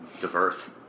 diverse